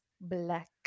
Black